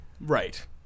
Right